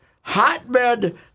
hotbed